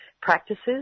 practices